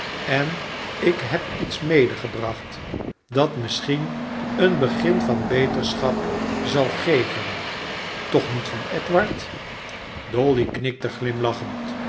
en ik heb iets medegebracht dat misschien een begin van beterschap zal geven toch niet van edward dolly knikte glimlachend